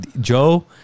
Joe